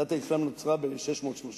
דת האסלאם נוצרה ב-630.